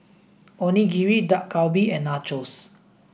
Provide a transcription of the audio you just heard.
Onigiri Dak Galbi and Nachos